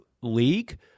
league